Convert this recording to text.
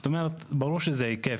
זאת אומרת, ברור שזה היקף,